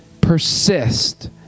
Persist